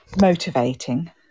motivating